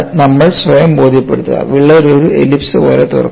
നമ്മൾ സ്വയം ബോധ്യപ്പെടുത്തുക വിള്ളൽ ഒരു എലിപ്സ് പോലെ തുറക്കുന്നു